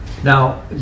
Now